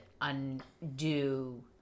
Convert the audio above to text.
undo